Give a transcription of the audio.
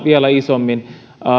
vielä isommin